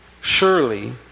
Surely